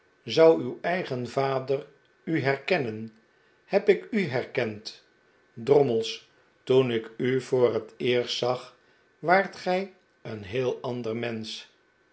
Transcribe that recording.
zou uw eigen vader u herkennen heb ik u herkend drommels toen ik u voor het eerst zag waart gij een heel ander mensch